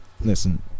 listen